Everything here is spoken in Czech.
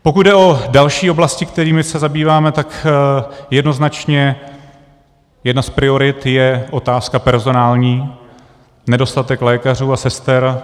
Pokud jde o další oblasti, kterými se zabýváme, tak jednoznačně jedna z priorit je otázka personální nedostatek lékařů a sester.